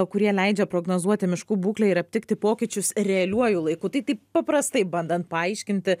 kurie leidžia prognozuoti miškų būklę ir aptikti pokyčius realiuoju laiku tai taip paprastai bandant paaiškinti